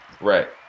Right